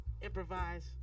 improvise